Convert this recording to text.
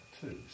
two